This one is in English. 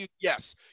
Yes